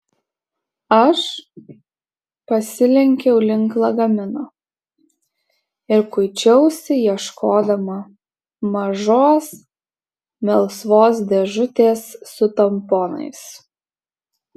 aš pasilenkiau link lagamino ir kuičiausi ieškodama mažos melsvos dėžutės su tamponais